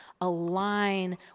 align